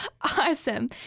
Awesome